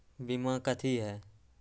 बीमा कथी है?